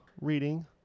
reading